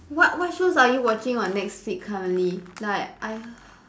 what what shows are you watching on netflix currently like I h~